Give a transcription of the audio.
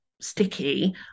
sticky